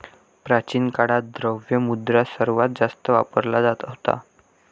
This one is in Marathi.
प्राचीन काळात, द्रव्य मुद्रा सर्वात जास्त वापरला जात होता